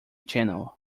channel